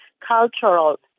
cultural